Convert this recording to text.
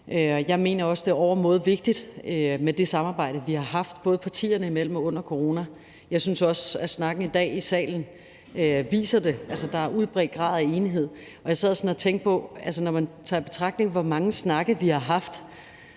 Jeg mener også, at det er overmåde vigtigt med det samarbejde, vi har haft, både partierne imellem og under corona. Jeg synes også, at snakken i dag i salen viser det, altså at der er en udbredt grad af enighed. Jeg sad sådan og tænkte på, at